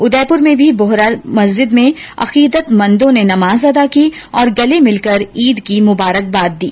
उदयपुर में भी बोहरा मस्जिद में अकीदतमंदों ने नमाज अदा की और गले मिलकर ईद की मुबारकबाद दी